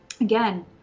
again